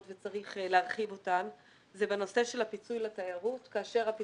וצריך להרחיב אותן הוא בנושא של הפיצוי לתיירות כאשר יש